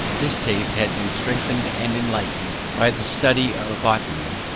this taste had been strengthened and enlightened by the study of botany,